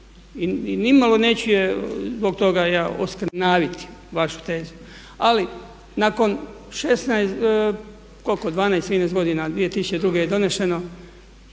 i nimalo neću je zbog toga ja oskrnaviti, vašu tezu. Ali nakon 16, koliko 12, 13 godina od 2002. kad je doneseno,